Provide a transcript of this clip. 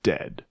Dead